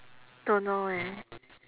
don't know eh